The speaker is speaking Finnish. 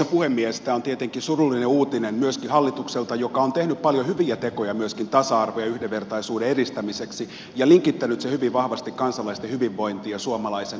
tämä on tietenkin surullinen uutinen myöskin hallitukselta joka on tehnyt paljon hyviä tekoja myöskin tasa arvon ja yhdenvertaisuuden edistämiseksi ja linkittänyt sen hyvin vahvasti kansalaisten hyvinvointiin ja suomalaisen yhteiskunnan tulevaisuuteen